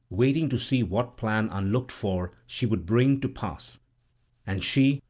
waiting to see what plan unlooked for she would bring to pass and she,